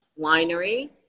winery